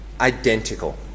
identical